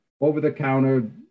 over-the-counter